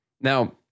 Now